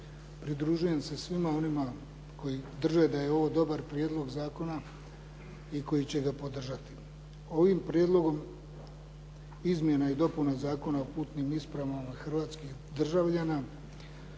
Pridružujem se svima onima koji drže da je ovo dobar prijedlog zakona i koji će ga podržati. Ovim prijedlogom izmjena i dopuna Zakona o putnim ispravama hrvatskih državljana